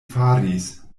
faris